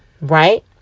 Right